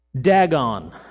Dagon